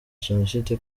jenoside